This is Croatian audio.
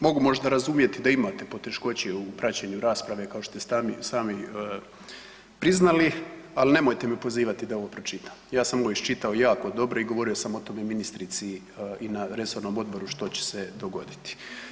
Mogu možda razumjeti da imate poteškoće u praćenju rasprave kao što ste sami priznali ali nemojte me pozivati da ovo pročitam, ja sam ovo iščitao jako dobro i govorio sam o tome ministrici i na resornom odboru što će se dogoditi.